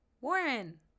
Warren